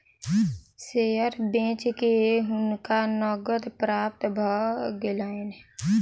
share बेच के हुनका नकद प्राप्त भ गेलैन